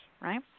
right